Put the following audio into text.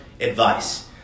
advice